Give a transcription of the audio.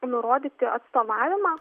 nurodyti atstovavimą